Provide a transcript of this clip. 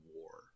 war